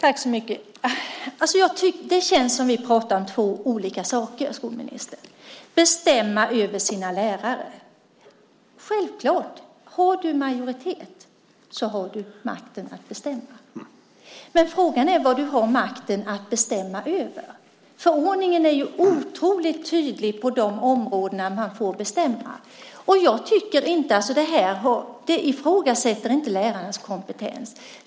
Herr talman! Det känns som att vi pratar om två olika saker, skolministern. Att bestämma över sina lärare - självklart. Har du majoritet har du makten att bestämma. Men frågan är vad du har makten att bestämma över. Förordningen är otroligt tydlig vad gäller de områden där man får bestämma. Jag tycker inte att detta är att ifrågasätta lärarnas kompetens.